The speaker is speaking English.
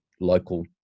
local